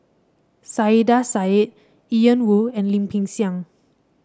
Saiedah Said Ian Woo and Lim Peng Siang